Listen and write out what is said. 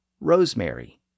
rosemary